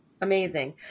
Amazing